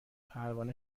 پروانه